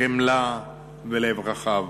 חמלה ולב רחב.